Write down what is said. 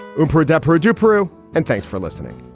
rupert adepero, jew, peru. and thanks for listening